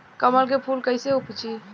कमल के फूल कईसे उपजी?